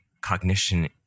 cognition